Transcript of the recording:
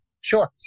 sure